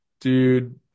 dude